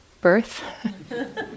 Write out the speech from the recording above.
Birth